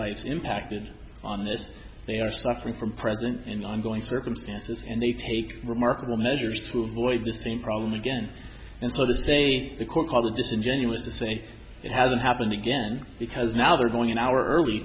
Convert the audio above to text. lives impacted on this they are suffering from present and ongoing circumstances and they take remarkable measures to avoid the same problem again and so this day the court called a disingenuous to say it hasn't happened again because now they're going an hour early